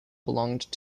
belonged